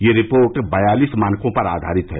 ये रिपोर्ट बयालिस मानकों पर आवरित है